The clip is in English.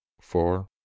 four